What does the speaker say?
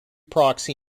proxy